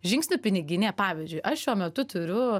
žingsnių piniginė pavyzdžiui aš šiuo metu turiu